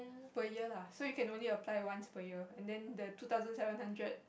per year lah so you can only apply once per year then the two thousand seven hundred